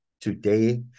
today